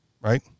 Right